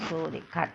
so they cut